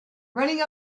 running